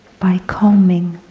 by calming,